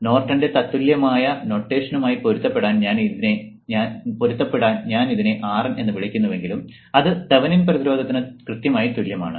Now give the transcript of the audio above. അതിനാൽ നോർട്ടന്റെ തത്തുല്യമായ നൊട്ടേഷനുമായി പൊരുത്തപ്പെടാൻ ഞാൻ ഇതിനെ RN എന്ന് വിളിക്കുന്നുവെങ്കിലും അത് തെവെനിൻ പ്രതിരോധത്തിന് കൃത്യമായി തുല്യമാണ്